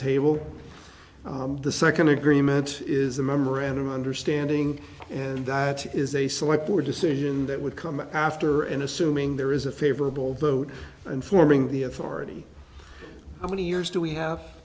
table the second agreement is a memorandum of understanding and that is a select board decision that would come after and assuming there is a favorable vote in forming the authority how many years do we have